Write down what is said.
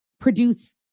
produce